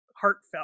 heartfelt